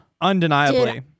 undeniably